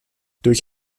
durch